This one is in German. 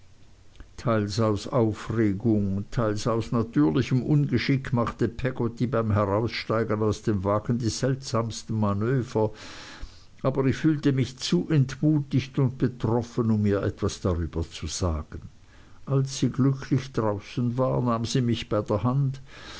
teils aus aufregung teils aus natürlichem ungeschick machte peggotty beim heraussteigen aus dem wagen die seltsamsten manöver aber ich fühlte mich zu entmutigt und betroffen um ihr etwas darüber zu sagen als sie glücklich draußen war nahm sie mich bei der hand